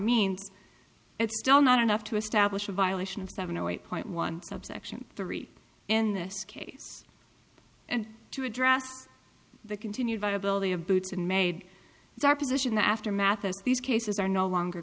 means it's still not enough to establish a violation of seven or eight point one subsection the read in this case and to address the continued viability of boots and made our position the aftermath of these cases are no longer